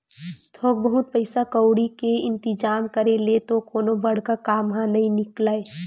थोक बहुत पइसा कउड़ी के इंतिजाम करे ले तो कोनो बड़का काम ह नइ निकलय